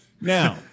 Now